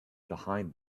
behind